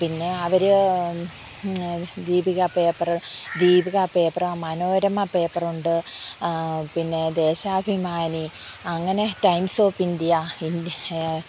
പിന്നെ അവർ Deepika paper Deepika paper Manorama പേപ്പറുണ്ട് പിന്നെ ദേശാഭിമാനി അങ്ങനെ ടൈംസ് ഓഫ് ഇന്ത്യ